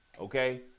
Okay